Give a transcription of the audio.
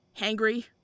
hangry